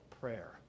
prayer